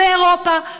באירופה,